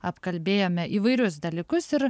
apkalbėjome įvairius dalykus ir